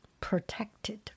protected